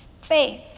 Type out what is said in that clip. faith